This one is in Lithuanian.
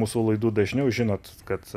mūsų laidų dažniau žinot kad